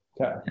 Okay